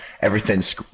everything's